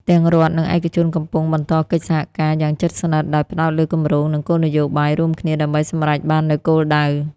ទាំងរដ្ឋ និងឯកជនកំពុងបន្តកិច្ចសហការ យ៉ាងជិតស្និទ្ធ ដោយផ្តោតលើគម្រោង និងគោលនយោបាយរួមគ្នាដើម្បីសម្រេចបាននូវគោលដៅ។